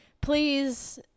please